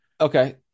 Okay